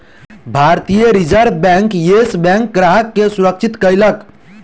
भारतीय reserve bank, yes बैंकक ग्राहक के सुरक्षित कयलक